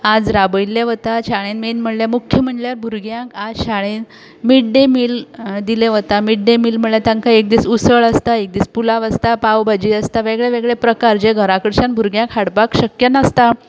आज राबयल्ले वता शाळेन मेन म्हणल्यार मुख्य म्हणल्यार भुरग्यांक आज शाळेन मिड डे मील दिलें वता मिड डे मील म्हळ्यार तांकां एक दीस उसळ आसता एक दीस पुलाव आसता पावभाजी आसता वेगळे वेगळे प्रकार जे घरा कडच्यान भुरग्यांक हाडपाक शक्य नासता